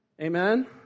Amen